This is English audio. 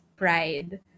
Pride